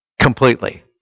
Completely